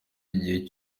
igihe